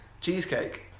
Cheesecake